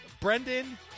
Brendan